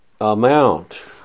amount